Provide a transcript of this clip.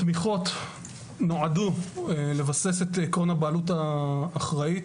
התמיכות נועדו לבסס את עיקרון הבעלות האחראית,